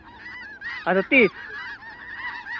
ᱟᱫᱚ ᱛᱤᱥ